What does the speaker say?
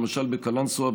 למשל בקלנסווה,